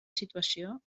situació